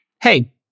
hey